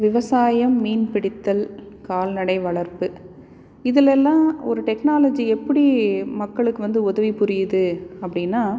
விவசாயம் மீன்பிடித்தல் கால்நடை வளர்ப்பு இதுலெலாம் ஒரு டெக்னாலஜி எப்படி மக்களுக்கு வந்து உதவி புரியுது அப்படின்னா